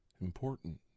important